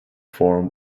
form